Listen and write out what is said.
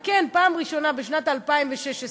כן, זו פעם ראשונה, בשנת 2016,